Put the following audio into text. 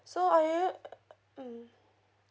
so are you mm